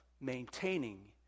maintaining